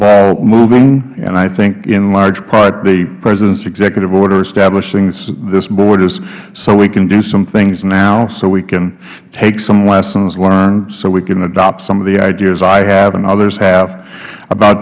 ball moving and i think in large part the president's executive order establishing this board is so we can do some things now so we can take some lessons learned so we can adopt some of the ideas i have and others have about